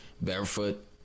barefoot